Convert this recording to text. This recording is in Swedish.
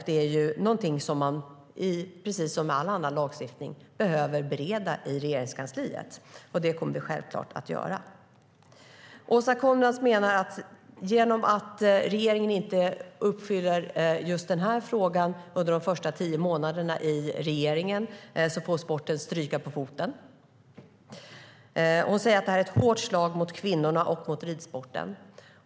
Det är någonting som man behöver bereda i Regeringskansliet, precis som annan lagstiftning, och det kommer vi självklart att göra. Genom att regeringen inte åtgärdar just den här frågan under de första tio månaderna efter maktskiftet får sporten stryka på foten, menar Åsa Coenraads. Hon säger att detta är ett hårt slag mot kvinnorna och mot ridsporten.